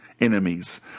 enemies